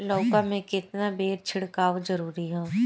लउका में केतना बेर छिड़काव जरूरी ह?